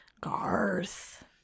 garth